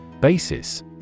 Basis